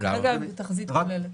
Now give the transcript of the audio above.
כרגע תחזית כוללת.